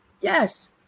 Yes